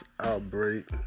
outbreak